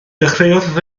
dechreuodd